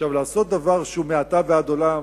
לעשות דבר שהוא מעתה ועד עולם,